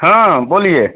हाँ बोलिए